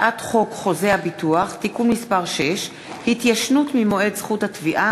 הצעת חוק חוזה הביטוח (תיקון מס' 6) (התיישנות ממועד זכות התביעה),